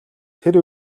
тэр